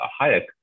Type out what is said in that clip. Hayek